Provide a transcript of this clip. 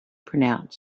pronounce